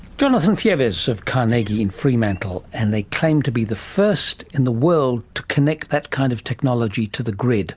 jonathan fievez of carnegie in fremantle, and they claim to be the first in the world to connect that kind of technology to the grid.